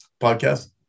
podcast